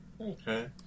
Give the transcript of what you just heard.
Okay